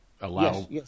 allow